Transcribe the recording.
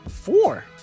Four